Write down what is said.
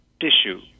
tissue